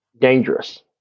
dangerous